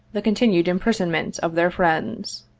the continued impris onment of their friends.